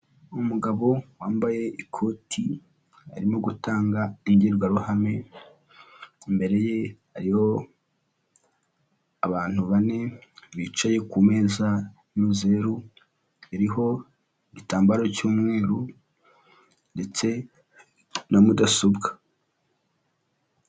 Umugabo wambaye ikoti arimo gutanga imbwirwaruhame, imbere ye hariho abantu bane bicaye ku meza y'uruzeru, iriho igitambara cy'umweru ndetse na mudasobwa.